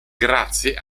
grazie